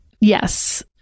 Yes